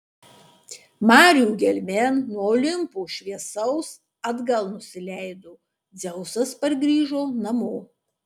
marių gelmėn nuo olimpo šviesaus atgal nusileido dzeusas pargrįžo namo